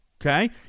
okay